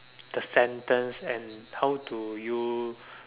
the sentence and how do you